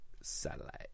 satellite